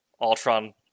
Ultron